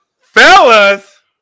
fellas